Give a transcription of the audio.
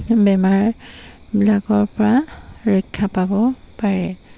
বেমাৰবিলাকৰ পৰা ৰক্ষা পাব পাৰে